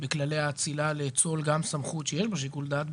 בכללי האצילה לאצול בחוק גם סמכות שיש בה שיקול דעת.